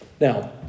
Now